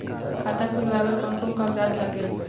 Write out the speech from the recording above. खाता खुलवाय बर कोन कोन कागजात लागेल?